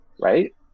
right